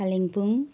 Kalimpong